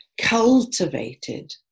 cultivated